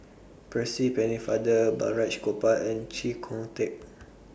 Percy Pennefather Balraj Gopal and Chee Kong Tet